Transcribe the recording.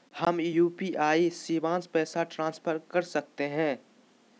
हम यू.पी.आई शिवांश पैसा ट्रांसफर कर सकते हैं?